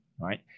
right